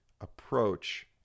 approach